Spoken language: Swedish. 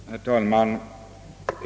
Herr talman!